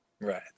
Right